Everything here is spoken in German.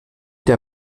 der